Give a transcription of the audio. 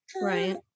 Right